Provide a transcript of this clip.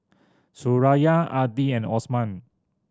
Suraya Adi and Osman